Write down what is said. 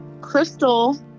Crystal